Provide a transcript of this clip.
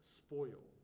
spoil